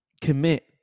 Commit